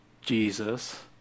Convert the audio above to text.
Jesus